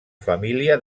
família